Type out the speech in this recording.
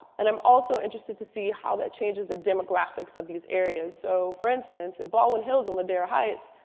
and i'm also interested to see how that changes the demographics of these areas. so for instance, and baldwin hills and ladera heights,